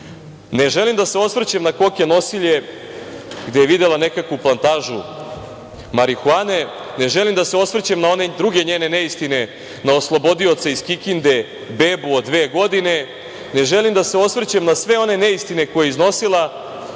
želim da se osvrćem na koke nosilje, gde je videla nekakvu plantažu marihuane, ne želim da se osvrćem na one druge njene neistine na oslobodioce iz Kikinde, bebu od dve godine, ne želim da se osvrćem na sve one neistine koje je iznosila. Ali samo